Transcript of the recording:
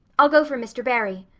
i'll go for mr. barry.